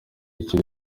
kiri